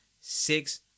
Six